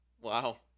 Wow